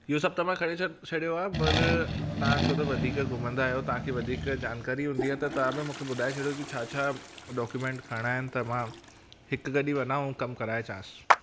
इहो सभु त मां खणी सभु छॾियो आहे पर तव्हां चयो त वधीक घुमंदा आहियो तव्हांखे वधीक जानकारी हूंदी आहे त तव्हां बि मूंखे ॿुधाए छॾो की छा छा डॉक्यूमेंट खणिणा आहिनि त मां हिकु गॾु वञा ऐं कमु कराए अचांसि